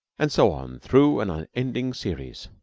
and so on through an unending series.